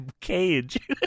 Cage